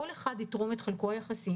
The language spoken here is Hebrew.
כל אחד יתרום את חלקו היחסי,